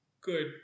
Good